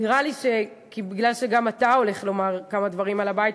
נראה לי שמכיוון שגם אתה הולך לומר כמה דברים על הבית,